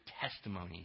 testimony